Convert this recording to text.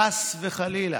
חס וחלילה,